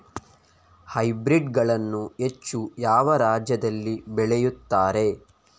Hybrid ಗಳನ್ನು ಹೆಚ್ಚು ಯಾವ ರಾಜ್ಯದಲ್ಲಿ ಬೆಳೆಯುತ್ತಾರೆ?